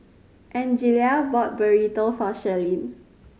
Angelia bought Burrito for Shirleen